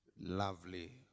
lovely